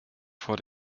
vor